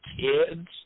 kids